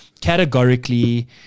categorically